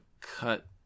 cut